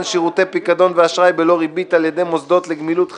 שירותי פיקדון ואשראי בלא ריבית על ידי מוסדות לגמילות חסדים.